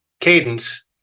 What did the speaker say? Cadence